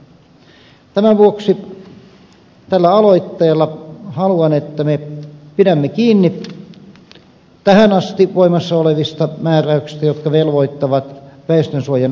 tämän vuoksi tällä aloitteella haluan että me pidämme kiinni tähän asti voimassa olevista määräyksistä jotka velvoittavat väestönsuojan rakentamiseen